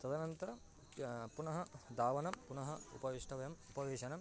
तदनन्तरं पुनः धावनं पुनः उपवेष्टव्यम् उपवेशनं